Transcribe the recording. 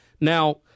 Now